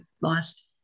lost